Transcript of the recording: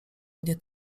mnie